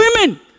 women